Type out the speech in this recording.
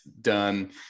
done